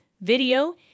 video